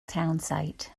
townsite